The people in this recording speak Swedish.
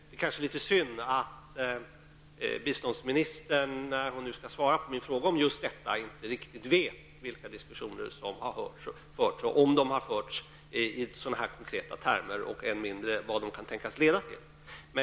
Det är kanske litet synd att biståndsministern när hon nu skall svara på min fråga om just detta inte riktigt vet vilka diskussioner som har förts och om de har förts i konkreta termer, och ännu mindre vad de kan tänkas leda till.